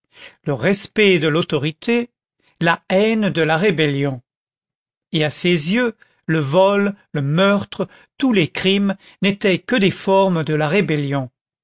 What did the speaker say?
le respect de l'autorité la haine de la rébellion et à ses yeux le vol le meurtre tous les crimes n'étaient que des formes de la rébellion